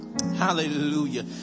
Hallelujah